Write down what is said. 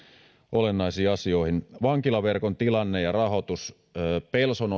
olennaisiin asioihin vankilaverkon tilanne ja rahoitus pelson